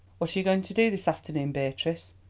what are you going to do this afternoon, beatrice?